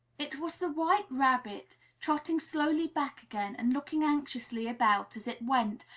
it was the white rabbit, trotting slowly back again and looking anxiously about as it went,